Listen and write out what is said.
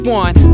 one